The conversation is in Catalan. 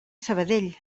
sabadell